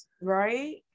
Right